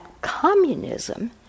communism